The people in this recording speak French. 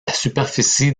superficie